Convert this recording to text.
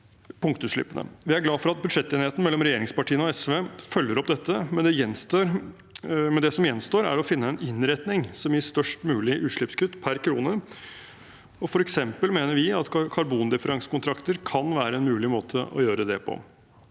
Vi er glade for at budsjettenigheten mellom regjeringspartiene og SV følger opp dette, men det som gjenstår, er å finne en innretning som gir størst mulig utslippskutt per krone. For eksempel mener vi at karbondifferansekontrakter kan være en mulig måte å gjøre det på.